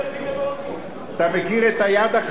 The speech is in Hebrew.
אתה מכיר את "היד החזקה" של הרמב"ם?